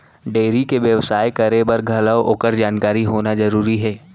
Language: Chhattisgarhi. डेयरी के बेवसाय करे बर घलौ ओकर जानकारी होना जरूरी हे